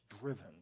driven